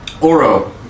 Oro